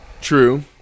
True